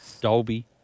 Dolby